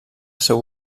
seu